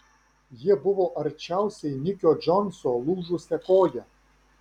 jie buvo arčiausiai nikio džonso lūžusia koja